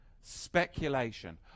speculation